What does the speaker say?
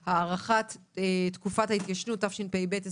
י' באייר תשפ"ב.